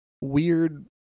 weird